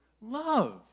love